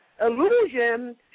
illusion